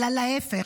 אלא להפך,